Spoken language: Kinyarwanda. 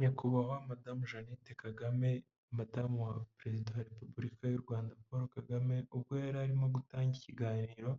Nyakubahwa madamu Jenette Kagame madamu wa perezida wa repubulika y'u rwanda paul kagame ubwo yari arimo gutanga ikiganiro